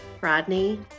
Rodney